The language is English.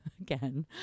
again